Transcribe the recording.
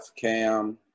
cam